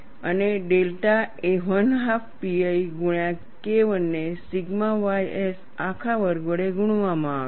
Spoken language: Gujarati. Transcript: અને ડેલ્ટા એ 12 pi ગુણ્યા KI ને સિગ્મા ys આખા વર્ગ વડે ગુણવામાં આવે છે